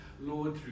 Lord